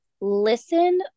listen